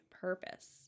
purpose